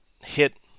hit